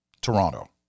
Toronto